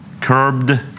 Curbed